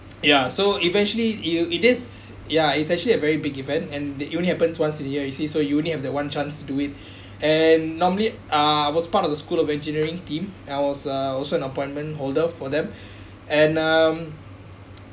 ya so eventually it'll it is ya it's actually a very big event and the only happens once a year you see so you only have the one chance to do it and normally uh I was part of the school of engineering team I was uh also an appointment holder for them and um